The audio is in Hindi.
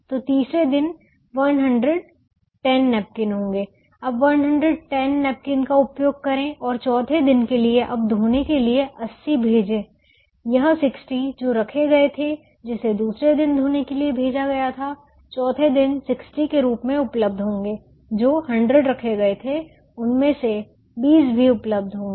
तो तीसरे दिन 110 नैपकिन होंगे अब 110 का उपयोग करें और चौथे दिन के लिए अब धोने के लिए 80 भेजें यह 60 जो रखे गए थे जिसे दूसरे दिन धोने के लिए भेजा गया था चौथे दिन 60 के रूप में उपलब्ध होंगे जो 100 रखे गए थे उसमें से 20 भी उपलब्ध होंगे